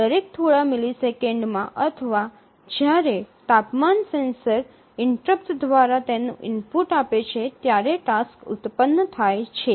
દરેક થોડા મિલિસેકંડમાં અથવા જ્યારે તાપમાન સેન્સર ઇન્ટરપ્ટ દ્વારા તેનું ઇનપુટ આપે છે ત્યારે ટાસ્ક ઉત્પન્ન થાય છે